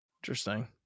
Interesting